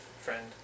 friend